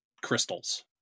crystals